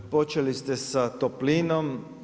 Počeli ste sa toplinom.